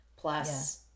plus